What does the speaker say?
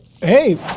hey